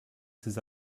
ces